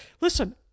Listen